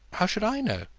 how should i know?